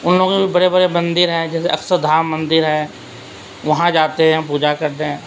ان لوگوں کے بڑے بڑے مندر ہیں جیسے اکشردھام مندر ہے وہاں جاتے ہیں پوجا کرتے ہیں